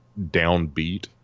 downbeat